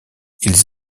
ils